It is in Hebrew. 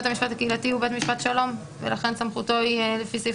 בית המשפט הקהילתי הוא בית משפט שלום ולכן סמכותו היא לפי סעיף